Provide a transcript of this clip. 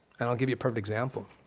and i'll give you a perfect example,